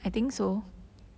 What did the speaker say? I don't know